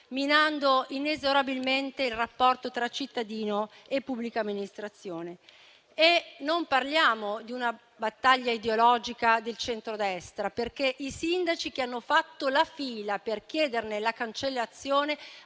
minando inesorabilmente il rapporto tra cittadino e pubblica amministrazione. Non parliamo di una battaglia ideologica del centrodestra, perché i sindaci che hanno fatto la fila per chiederne la cancellazione